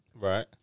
Right